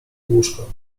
łóżko